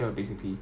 ya